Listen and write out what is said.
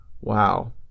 Wow